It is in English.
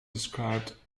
described